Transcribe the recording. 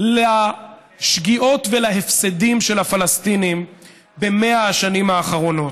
לשגיאות ולהפסדים של הפלסטינים ב-100 השנים האחרונות.